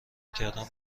کردن